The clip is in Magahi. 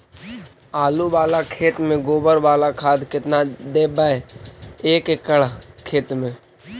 आलु बाला खेत मे गोबर बाला खाद केतना देबै एक एकड़ खेत में?